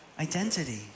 Identity